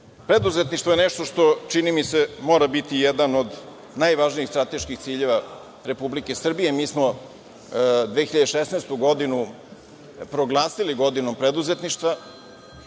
preduzetništvo je nešto što, čini mi se, mora biti jedan od najvažnijih strateških ciljeva Republike Srbije. Mi smo 2016. godinu proglasili godinom preduzetništva.